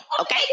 Okay